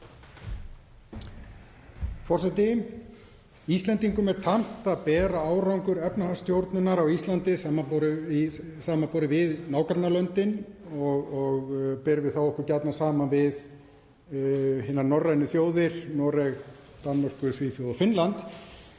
Íslendingum er tamt að bera árangur efnahagsstjórnunar á Íslandi við nágrannalöndin og berum við okkur þá gjarnan saman við hinar norrænu þjóðir, Noreg, Danmörku, Svíþjóð og Finnland.